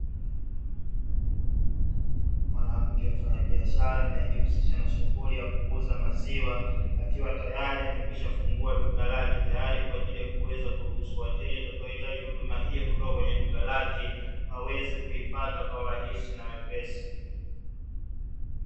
Mwanamke mfanyabiashara anayejihusisha na shughuli ya kuuza maziwa, akiwa tayari amekwishafungua duka lake, tayari kwa ajili ya kuweza kuruhusu wateja watakaohitaji huduma hiyo kutoka kwenye duka lake, waweze kuipata kwa urahisi na wepesi.